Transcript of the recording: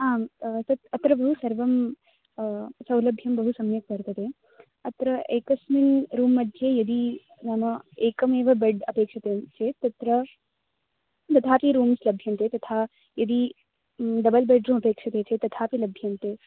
आम् तत् अत्र बहु सर्वं सौलभ्यं बहु सम्यक् वर्तते अत्र एकस्मिन् रूम् मध्ये यदि नाम एकमेव बेड् अपेक्ष्यते चेत् तत्र तथापि रूम्स् लभ्यन्ते तथा यदि डबल् बेड्रूम् अपेक्ष्यते चेत् तथापि लभ्यन्ते